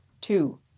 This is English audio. Two